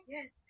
Yes